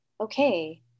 okay